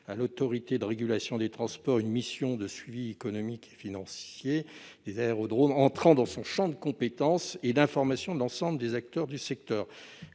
à l'Autorité de régulation des transports une mission de suivi économique et financier des aérodromes entrant dans son champ de compétence, ainsi qu'une mission d'information de l'ensemble des acteurs du secteur.